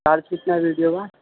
charge کتنا ہے video کا